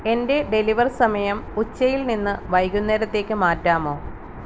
എന്റെ ഡെലിവർ സമയം ഉച്ചയിൽ നിന്ന് വൈകുന്നേരത്തേക്ക് മാറ്റാമോ